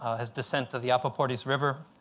his descent to the apaporis river,